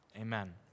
amen